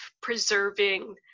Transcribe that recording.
preserving